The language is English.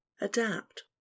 Adapt